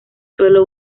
sólo